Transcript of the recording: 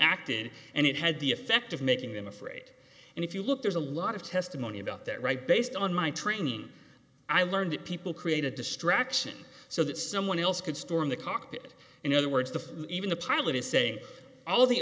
acted and it had the effect of making them afraid and if you look there's a lot of testimony about that right based on my training i learned that people create a distraction so that someone else could storm the cockpit in other words the even the pilot is saying all the